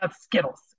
Skittles